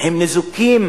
ניזוקים